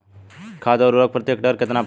खाध व उर्वरक प्रति हेक्टेयर केतना पड़ेला?